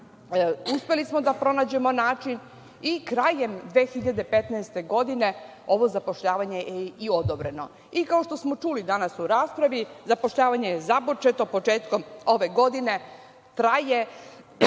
uspeli smo da pronađemo način i krajem 2015. godine ovo zapošljavanje je i odobreno. Kao što smo čuli danas u raspravi, zapošljavanje je započeto početkom ove godine, traje